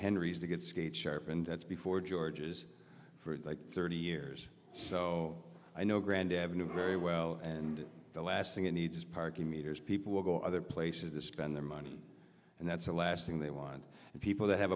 get skate sharp and that's before george's for like thirty years so i know grand avenue very well and the last thing it needs is parking meters people will go other places to spend their money and that's the last thing they want and people that have